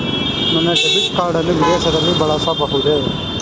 ನನ್ನ debit card ಅನ್ನು ವಿದೇಶದಲ್ಲಿ ಬಳಸಬಹುದೇ?